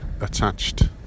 attached